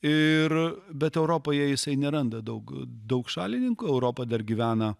ir bet europoje jisai neranda daug daug šalininkų europa dar gyvena